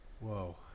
Whoa